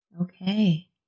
Okay